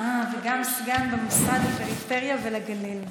אה, וגם סגן במשרד לפריפריה ולגליל.